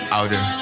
outer